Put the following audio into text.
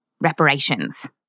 reparations